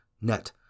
NET